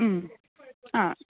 ഉം ആ